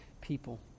people